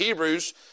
Hebrews